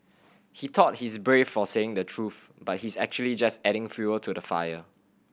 he thought he's brave for saying the truth but he's actually just adding fuel to the fire